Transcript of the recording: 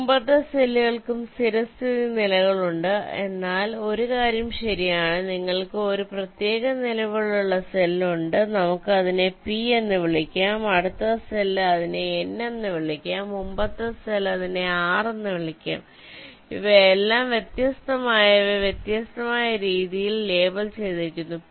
മുമ്പത്തെ സെല്ലുകൾക്കും സ്ഥിരസ്ഥിതി നിലകളുണ്ട് എന്നാൽ ഒരു കാര്യം ശരിയാണ് നിങ്ങൾക്ക് ഒരു പ്രത്യേക നിലവിലുള്ള സെൽ ഉണ്ട് നമുക്ക് അതിനെ P എന്ന് വിളിക്കാം അടുത്ത സെൽ അതിനെ N എന്ന് വിളിക്കാം മുമ്പത്തെ സെൽ അതിനെ R എന്ന് വിളിക്കാം അവയെല്ലാം വ്യത്യസ്തമായവയെ വ്യത്യസ്തമായ രീതിയിൽ ലേബൽ ചെയ്തിരിക്കുന്നു